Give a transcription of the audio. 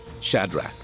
Shadrach